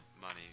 money